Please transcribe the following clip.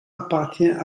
appartient